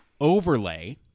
overlay